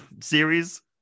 series